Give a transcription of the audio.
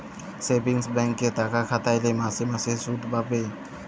savings ব্যাংকে টাকা খাটাইলে মাসে মাসে সুদ পাবে